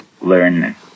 learn